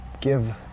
give